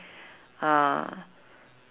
uh